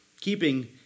Keeping